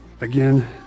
again